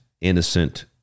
innocent